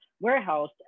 warehouse